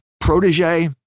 protege